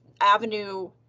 avenue